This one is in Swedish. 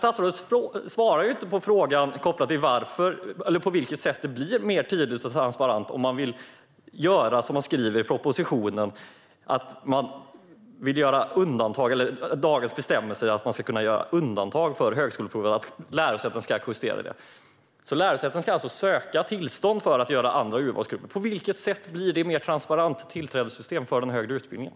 Statsrådet svarar inte på frågan kopplad till på vilket sätt det blir mer tydligt och transparent om man gör som ni skriver i propositionen om att kunna göra undantag från dagens bestämmelser om högskoleprovet och att lärosätena ska justera detta. Lärosätena ska alltså söka tillstånd för att kunna ha andra urvalsgrupper. På vilket sätt blir det ett mer transparent tillträdessystem för de högre utbildningarna?